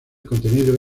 contenido